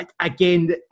again